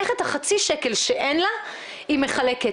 איך את החצי שקל שאין לה היא מחלקת.